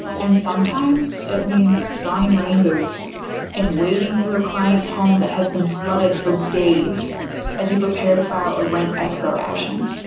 and sometimes it means donning rain boots and wading through a client's home that has been flooded for days as you prepare to file a rent escrow action.